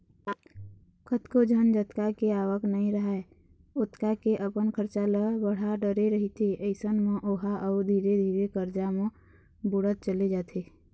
कतको झन जतका के आवक नइ राहय ओतका के अपन खरचा ल बड़हा डरे रहिथे अइसन म ओहा अउ धीरे धीरे करजा म बुड़त चले जाथे